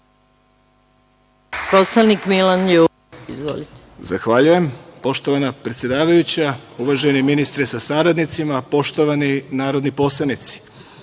poslanik Milan Ljubić. Izvolite. **Milan Ljubić** Poštovana predsedavajuća, uvaženi ministre sa saradnicima, poštovani narodni poslanici,